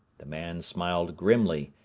the man smiled grimly,